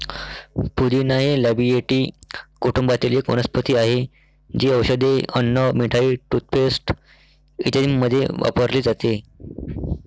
पुदिना हे लॅबिएटी कुटुंबातील एक वनस्पती आहे, जी औषधे, अन्न, मिठाई, टूथपेस्ट इत्यादींमध्ये वापरली जाते